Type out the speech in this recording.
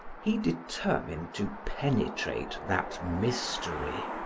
he determined to penetrate that mystery,